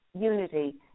unity